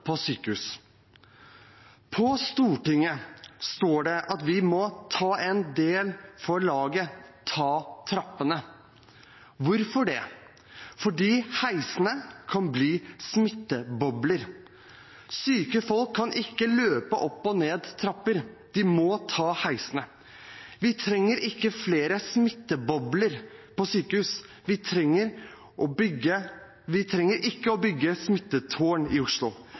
på sykehus. På Stortinget står det at vi må ta en for laget – ta trappene. Hvorfor det? Fordi heisene kan bli smittebobler. Syke folk kan ikke løpe opp og ned trapper. De må ta heisene. Vi trenger ikke flere smittebobler på sykehus. Vi må ikke bygge smittetårn i Oslo. Redd Ullevål sykehus! Jeg tar opp de to forslagene i